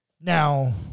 now